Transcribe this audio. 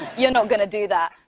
you're not gonna do that.